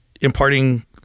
imparting